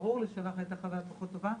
ברור לי שלך הייתה חוויה פחות טובה,